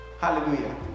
Hallelujah